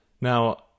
Now